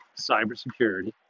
cybersecurity